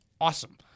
awesome